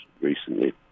recently